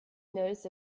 noticed